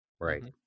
right